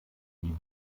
die